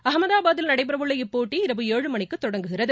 அகமதாபாத்தில் நடைபெறவுள்ள இப்போட்டி இரவு ஏழு மணிக்கு தொடங்குகிறது